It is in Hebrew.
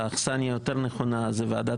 סעיף